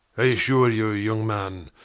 i assure you, young man,